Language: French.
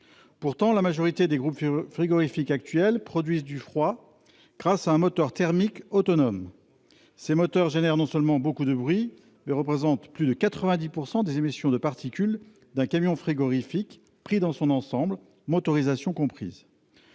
Pourtant, la majorité des groupes frigorifiques actuels produisent du froid grâce à un moteur thermique autonome. Ces moteurs produisent non seulement beaucoup de bruit, mais représentent aussi plus de 90 % des émissions de particules d'un camion frigorifique pris dans son ensemble, motorisation comprise.